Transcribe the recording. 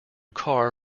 car